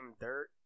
dirt